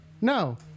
no